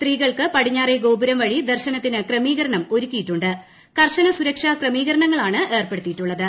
സ്ത്രീകൾക്ക് പടിഞ്ഞാറേ ഗോപുരം വഴി ദർശനത്തിന് ക്രമീകരണം സുരക്ഷാ ക്രമീകരണങ്ങളാണ് ഏർപ്പെടുത്തിയിട്ടുള്ളത്